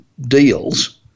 deals